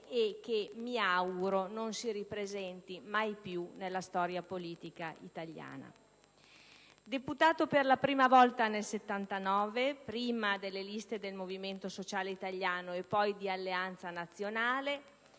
del genere non si ripresenti mai più nella storia politica italiana. Deputato per la prima volta nel 1979, prima nelle liste del Movimento Sociale Italiano e poi di Alleanza Nazionale,